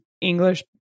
English